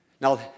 Now